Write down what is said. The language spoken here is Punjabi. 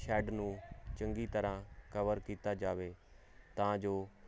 ਸ਼ੈਡ ਨੂੰ ਚੰਗੀ ਤਰ੍ਹਾਂ ਕਵਰ ਕੀਤਾ ਜਾਵੇ ਤਾਂ ਜੋ